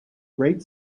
great